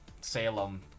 Salem